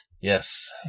Yes